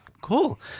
Cool